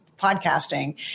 podcasting